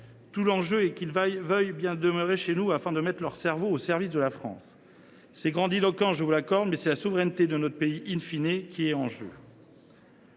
Tout l’enjeu est qu’ils veuillent bien demeurer chez nous afin de mettre leur cerveau au service de la France. C’est grandiloquent, je vous l’accorde, mais,, c’est la souveraineté de notre pays qui est en jeu.